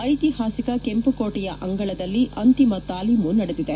ಐತಿಹಾಸಿಕ ಕೆಂಪುಕೋಟೆಯ ಅಂಗಳದಲ್ಲಿ ಅಂತಿಮ ತಾಲೀಮು ನಡೆದಿದೆ